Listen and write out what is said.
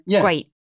great